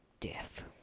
death